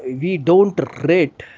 we don't rate